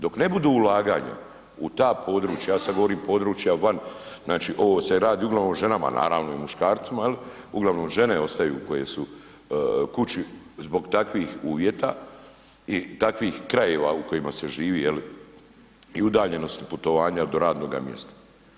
Dok ne budu ulaganja u ta područja, ja sad govorim područja van, znači ovo se radi uglavnom o ženama naravno i muškarcima jel, uglavnom žene ostaju koje su kući zbog takvih uvjeta i takvim krajeva u kojima se živi jel i udaljenosti putovanja do radnoga mjesta.